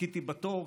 חיכיתי בתור,